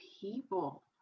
people